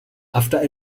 after